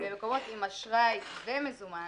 --- במקומות עם אשראי ומזומן,